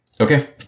Okay